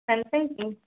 Samsung की